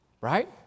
right